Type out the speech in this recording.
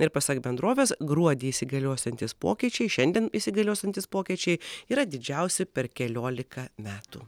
ir pasak bendrovės gruodį įsigaliosiantys pokyčiai šiandien įsigaliosiantys pokyčiai yra didžiausi per keliolika metų